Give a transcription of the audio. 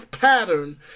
pattern